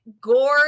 gore